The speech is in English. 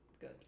good